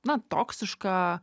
na toksiška